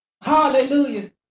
Hallelujah